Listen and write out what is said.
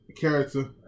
character